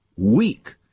Weak